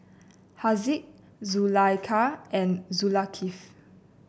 Haziq Zulaikha and Zulkifli